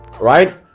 right